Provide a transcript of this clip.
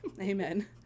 amen